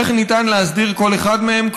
איך ניתן להסדיר כל אחד מהם,